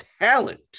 talent